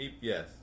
Yes